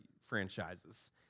franchises